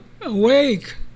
awake